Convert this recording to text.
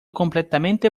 completamente